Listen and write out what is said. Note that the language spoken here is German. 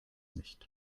nicht